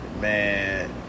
Man